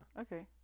Okay